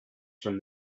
from